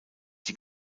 die